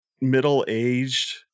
middle-aged